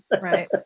right